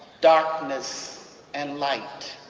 darkness and light.